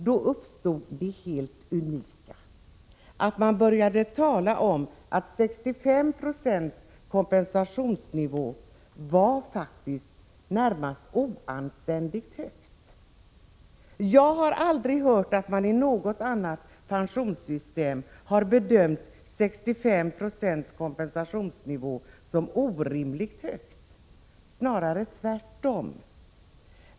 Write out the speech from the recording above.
Då uppstod det helt unika att man började tala om att 65 Jo kompensationsnivå var närmast oanständigt högt. Jag har aldrig hört att man i något annat pensionssystem har bedömt 65 26 kompensationsnivå som orimligt hög, snarare tvärtom.